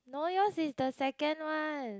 no yours is the second one